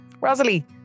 Rosalie